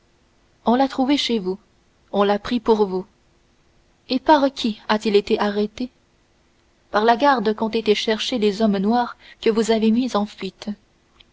on l'a trouvé chez vous on l'a pris pour vous et par qui a-t-il été arrêté par la garde qu'ont été chercher les hommes noirs que vous avez mis en fuite